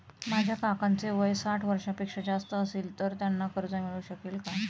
माझ्या काकांचे वय साठ वर्षांपेक्षा जास्त असेल तर त्यांना कर्ज मिळू शकेल का?